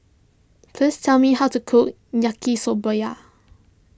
please tell me how to cook Yaki Soba Yar